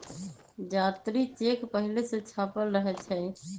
जात्री चेक पहिले से छापल रहै छइ